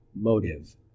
motive